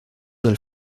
del